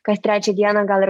kas trečią dieną gal ir